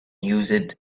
used